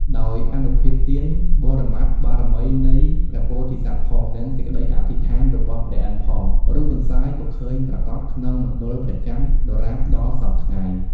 ដោយអនុភាពទាន បរមត្ថបារមីនៃព្រះពោធិសត្វផង និងសេចក្តីអធិដ្ឋាន របស់ព្រះឥន្ទផង រូបទន្សាយក៏ឃើញប្រាកដ ក្នុងមណ្ឌលព្រះចន្ទដរាបដល់សព្វថ្ងៃ។